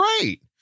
great